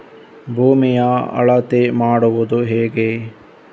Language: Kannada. ಭೂಮಿಯ ಅಳತೆ ಮಾಡುವುದು ಹೇಗೆ?